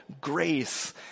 grace